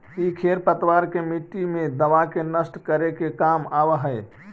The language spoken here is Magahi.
इ खेर पतवार के मट्टी मे दबा के नष्ट करे के काम आवऽ हई